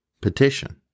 Petition